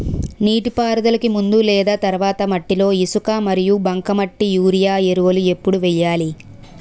నీటిపారుదలకి ముందు లేదా తర్వాత మట్టిలో ఇసుక మరియు బంకమట్టి యూరియా ఎరువులు ఎప్పుడు వేయాలి?